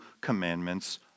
commandments